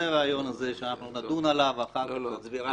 הרעיון הזה שאנחנו נדון עליו ואחר כך נצביע?